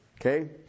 Okay